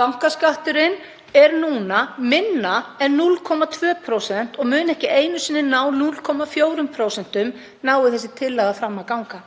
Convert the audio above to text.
Bankaskatturinn er núna minna en 0,2% og mun ekki einu sinni ná 0,4%, nái þessi tillaga fram að ganga.